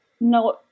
no